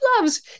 loves